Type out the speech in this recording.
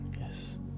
Yes